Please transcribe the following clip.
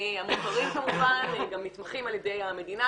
המוכרים כמובן ונתמכים על ידי המדינה,